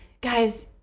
guys